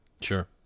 sure